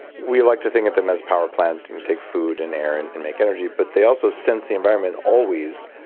we like to think of them as power plants. they can take food and air and and make energy, but they also sense the environment always.